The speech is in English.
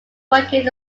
working